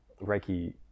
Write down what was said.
Reiki